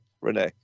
Renee